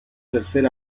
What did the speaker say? tercer